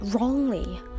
wrongly